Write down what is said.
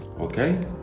Okay